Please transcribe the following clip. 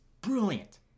brilliant